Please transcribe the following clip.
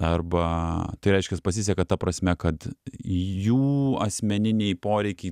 arba tai reiškias pasiseka ta prasme kad jų asmeniniai poreikiai